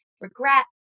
regret